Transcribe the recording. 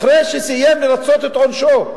אחרי שסיים לרצות את עונשו,